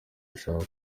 bashaka